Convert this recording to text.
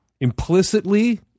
implicitly